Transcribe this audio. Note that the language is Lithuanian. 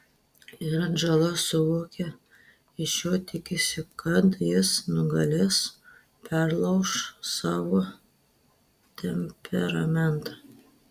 ir atžala suvokia iš jo tikisi kad jis nugalės perlauš savo temperamentą